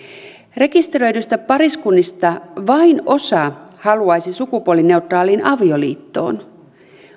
rekisteröidyistä pariskunnista vain osa haluaisi sukupuolineutraaliin avioliittoon